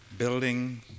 building